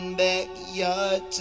backyard